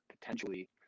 potentially